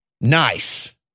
Nice